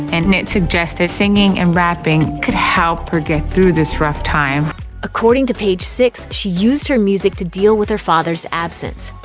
and nick suggested singing and rapping could help her get through this rough time according to page six, she used her music to deal with her father's absence.